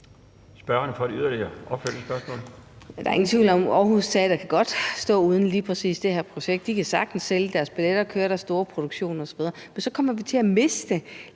Der er ingen tvivl om, at Aarhus Teater godt kan stå uden lige præcis det her projekt. De kan sagtens sælge deres billetter, køre deres store produktioner osv. Men så kommer vi til at miste